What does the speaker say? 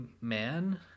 man